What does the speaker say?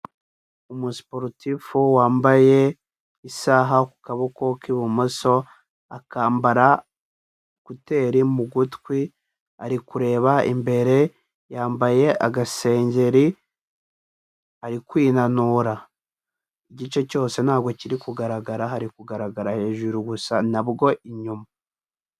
Umu siporutifu wambaye isaha ku kaboko k'ibumoso, akambara ekuteri mu gutwi, ari kureba imbere yambaye agasengeri ari kwinanura. Igice cyose ntabwo kiri kugaragara hari kugaragara hejuru gusa nabwo inyuma.